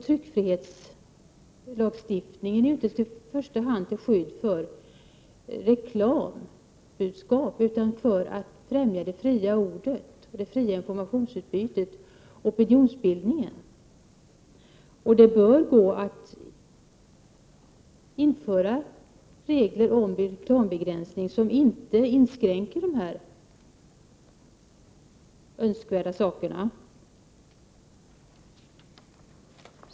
Tryckfrihetslagstiftningen är inte i första hand till för att skydda reklambudskap utan för att främja det fria ordet, det fria informationsutbytet, opinionsbildningen. Det bör gå att införa regler om reklambegränsning som inte inskränker de här önskvärda friheterna.